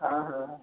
हाँ हाँ